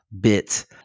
bit